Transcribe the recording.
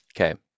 Okay